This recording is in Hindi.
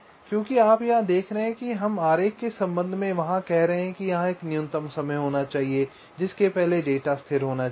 क्योंकि आप यहाँ देख रहे हैं हम आरेख के संबंध में वहाँ कह रहे हैं कि यहाँ एक न्यूनतम समय होना चाहिए जिसके पहले डेटा स्थिर होना चाहिए